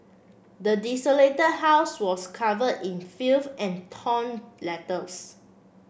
the desolated house was cover in filth and torn letters